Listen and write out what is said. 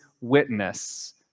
witness